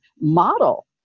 model